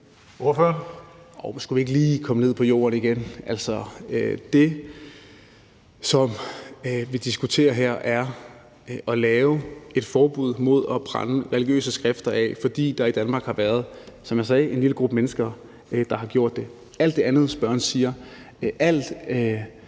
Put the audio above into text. (S): Skulle vi ikke lige komme ned på jorden igen? Det, som vi diskuterer her, er at lave et forbud mod at brænde religiøse skrifter af, fordi der i Danmark har været, som jeg sagde, en lille gruppe mennesker, der har gjort det. Alt det andet, spørgeren siger, om